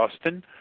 Austin